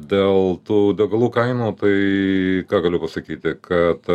dėl tų degalų kainų tai ką galiu pasakyti kad